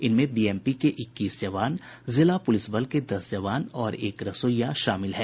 इनमें बीएमपी के इक्कीस जवान जिला पुलिस बल के दस जवान और एक रसोईया शामिल हैं